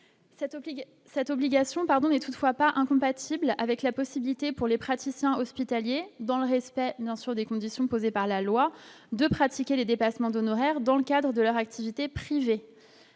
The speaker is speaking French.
cette obligation pardon n'est toutefois pas incompatible avec la possibilité pour les praticiens hospitaliers dans le respect, non sur des conditions posées par la loi de pratiquer les dépassements d'honoraires dans le cadre de leur activité privée